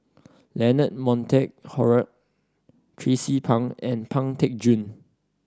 Leonard Montague Harrod Tracie Pang and Pang Teck Joon